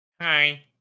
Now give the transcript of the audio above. Hi